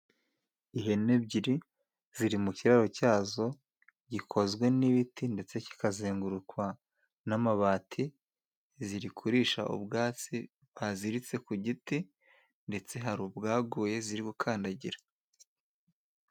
Ihene ebyiri ziri mu kiraro cyazo gikozwe n'ibiti ,ndetse kikazengurukwa n'amabati ziri kuririsha ubwatsi baziritse ku giti ,ndetse hari ubwaguye ziri gukandagira.